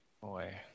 Boy